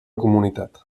comunitat